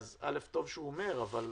א', טוב שהוא אומר, אבל